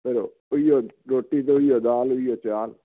ਫਿਰ ਉਹੀਓ ਰੋਟੀ ਅਤੇ ਉਹੀਓ ਦਾਲ ਉਹੀਓ ਅਚਾਰ